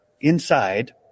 inside